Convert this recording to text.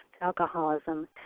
alcoholism